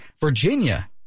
Virginia